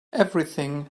everything